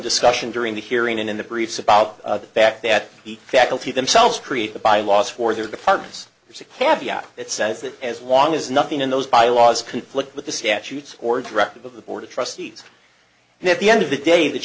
discussion during the hearing and in the briefs about the fact that the faculty themselves create the bylaws for their departments there's a caviar it says that as long as nothing in those bylaws conflict with the statutes or directive of the board of trustees and at the end of the day th